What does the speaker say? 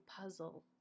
puzzle